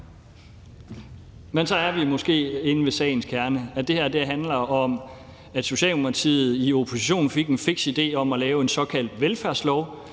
(V): Så er vi måske inde ved sagens kerne, nemlig at det her handler om, at Socialdemokratiet, da man var i opposition, fik en fiks idé om at lave en såkaldt velfærdslov,